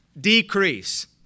decrease